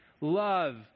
love